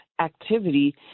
activity